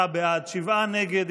49 בעד, שבעה נגד.